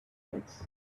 pits